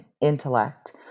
intellect